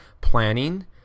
planning